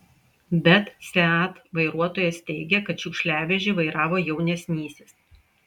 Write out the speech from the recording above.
bet seat vairuotojas teigia kad šiukšliavežį vairavo jaunesnysis